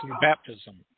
baptism